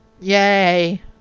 yay